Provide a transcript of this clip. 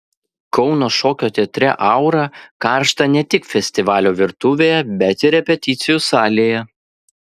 kauno šokio teatre aura karšta ne tik festivalio virtuvėje bet ir repeticijų salėje